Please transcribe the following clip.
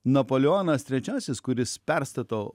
napoleonas trečiasis kuris perstato